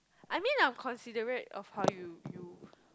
I mean I would considerate of how you you